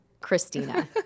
Christina